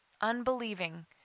Unbelieving